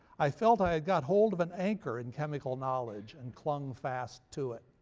i felt i had got hold of an anchor in chemical knowledge and clung fast to it.